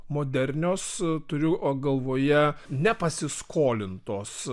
modernios turiu galvoje nepasiskolintos